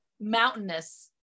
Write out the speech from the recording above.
mountainous